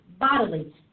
bodily